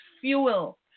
fuel